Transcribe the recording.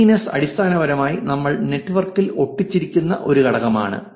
stickiness അടിസ്ഥാനപരമായി നിങ്ങൾ നെറ്റ്വർക്കിൽ ഒട്ടിച്ചിരിക്കുന്ന ഒരു ഘടകമാണ്